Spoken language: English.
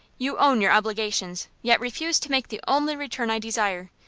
you own your obligations, yet refuse to make the only return i desire.